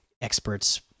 experts